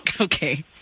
Okay